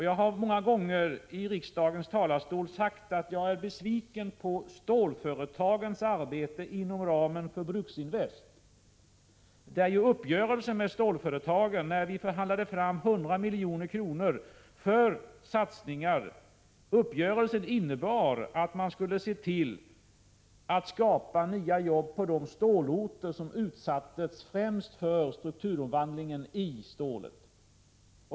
Jag har många gånger i riksdagens talarstol sagt att jag är besviken på stålföretagens arbete inom ramen för Bruksinvest. Vid denna uppgörelse med stålföretagen förhandlade vi fram 100 milj.kr. för satsningar. Uppgörelsen innebar att man skulle se till att skapa nya jobb på de stålorter som främst utsattes för strukturomvandlingen i stål.